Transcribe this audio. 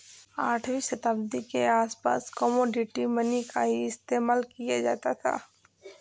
आठवीं शताब्दी के आसपास कोमोडिटी मनी का ही इस्तेमाल किया जाता था